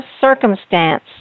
circumstance